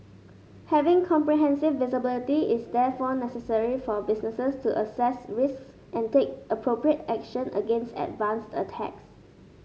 having comprehensive visibility is therefore necessary for businesses to assess risks and take appropriate action against advanced attacks